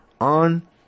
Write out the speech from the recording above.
on